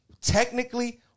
Technically